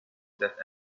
that